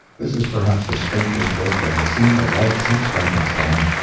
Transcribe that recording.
this is perhaps the strangest book that has seen the light since frankenstein.